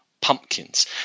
pumpkins